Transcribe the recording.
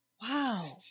Wow